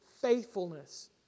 faithfulness